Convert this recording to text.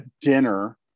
dinner